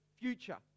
future